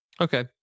Okay